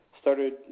started